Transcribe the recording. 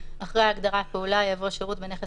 אני ממשיכה בקריאה: אחרי ההגדרה "פעולה" יבוא: ""שירות בנכס